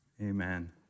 Amen